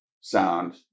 sound